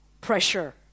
pressure